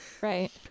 Right